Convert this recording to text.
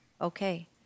Okay